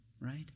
right